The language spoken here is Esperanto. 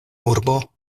urbo